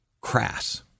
crass